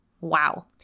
Wow